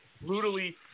brutally